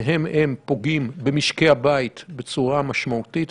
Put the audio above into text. שהם-הם פוגעים במשקי הבית בצורה משמעותית,